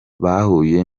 bahuye